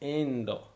endo